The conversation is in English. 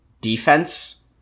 defense